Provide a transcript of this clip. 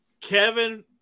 kevin